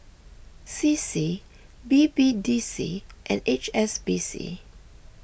C C B B D C and H S B C